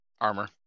armor